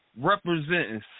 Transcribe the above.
representing